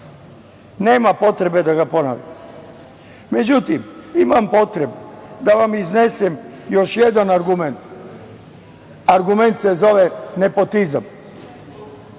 nema potrebe da ga ponavljam. Međutim, imam potrebu da vam iznesem još jedan argument, argument se zove nepotizam.